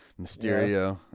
mysterio